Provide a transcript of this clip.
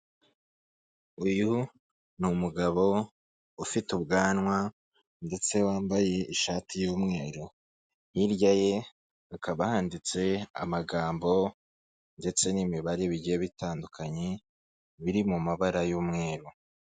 Uyu ni umugabo ufite ubwanwa ndetse wambaye ishati y'umweru, hirya ye hakaba handitse amagambo ndetse n'imibare bigiye bitandukanye biri mu mabara y'umweru.